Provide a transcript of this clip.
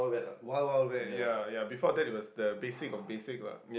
Wild Wild Wet ya ya before that it was the basic of the basic lah